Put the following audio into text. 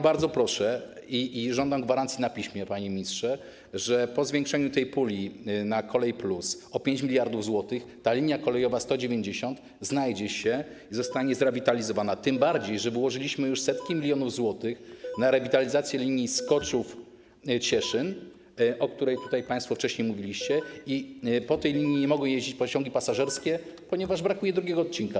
Bardzo proszę - i żądam gwarancji na piśmie, panie ministrze - o to, żeby po zwiększeniu puli na ˝Kolej+˝ o 5 mld zł ta linia kolejowa nr 190 się tam znalazła i została zrewitalizowana, tym bardziej że wyłożyliśmy już setki milionów złotych na rewitalizację linii Skoczów - Cieszyn, o której państwo wcześniej mówiliście, a po tej linii nie mogą jeździć pociągi pasażerskie, ponieważ brakuje drugiego odcinka.